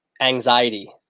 anxiety